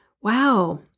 Wow